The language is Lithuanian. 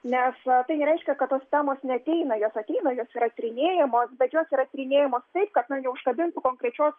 nes tai nereiškia kad tos temos neateina jos ateina jos yra tyrinėjamos bet jos yra tyrinėjamos taip kad na neužkabintų konkrečios